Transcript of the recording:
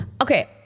Okay